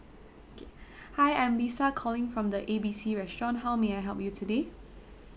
K hi I'm lisa calling from the A B C restaurant how may I help you today